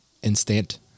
Instant